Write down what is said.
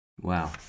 Wow